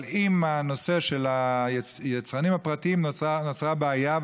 אבל עם הנושא של היצרנים הפרטיים נוצרה בעיה,